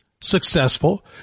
successful